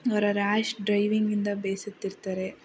ಅವರ ರ್ಯಾಶ್ ಡ್ರೈವಿಂಗಿಂದ ಬೇಸತ್ತಿರ್ತಾರೆ